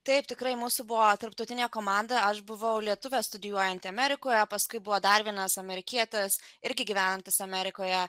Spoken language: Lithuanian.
taip tikrai mūsų buvo tarptautinė komanda aš buvau lietuvė studijuojanti amerikoje paskui buvo dar vienas amerikietis irgi gyvenantis amerikoje